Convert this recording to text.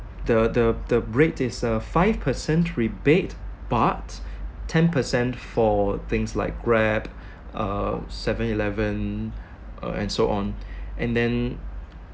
the the the break is a five percent rebate but ten percent for things like grab uh seven eleven uh and so on and then